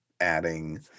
adding